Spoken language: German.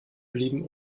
blieben